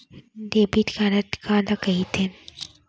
Debit card काला कहिथे?